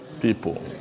people